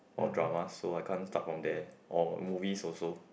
or dramas so I can't start from there or movies also